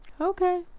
Okay